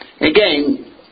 Again